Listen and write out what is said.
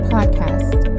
Podcast